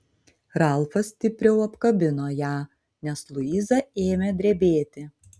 ralfas stipriau apkabino ją nes luiza ėmė drebėti